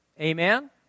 Amen